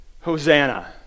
Hosanna